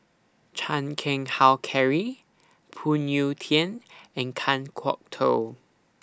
Chan Keng Howe Karry Phoon Yew Tien and Kan Kwok Toh